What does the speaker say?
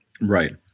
Right